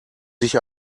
sich